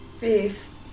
Peace